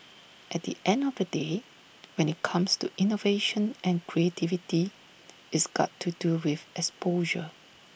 at the end of the day when IT comes to innovation and creativity it's got to do with exposure